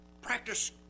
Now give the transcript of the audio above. practice